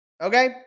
Okay